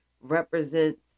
represents